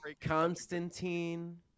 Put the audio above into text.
Constantine